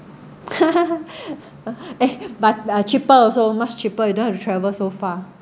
eh but uh cheaper also much cheaper you don't have to travel so far